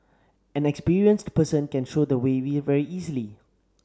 an experienced person can show the way very easily